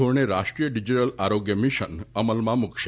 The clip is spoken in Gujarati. ધોરણે રાષ્ટ્રીય ડિજીટલ આરોગ્ય મિશન અમલમાં મુકશે